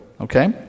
okay